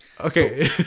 Okay